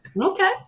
Okay